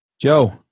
Joe